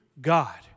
God